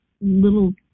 little